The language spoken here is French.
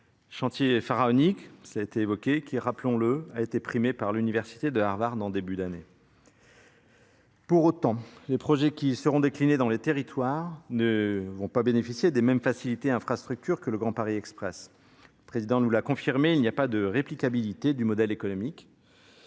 chantier pharaonique, cela a été évoqué, qui, rappelons le, a été primé par l'université de Harvard, en début d'année. Pour autant, les projets qui seront déclinés dans les territoires ne vont pas bénéficier des mêmes facilités infrastructures que le Grand Paris Express. Express président nous l'a confirmé il n'y a pas de réplicabilité du modèle économique.